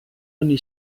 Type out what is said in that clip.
ogni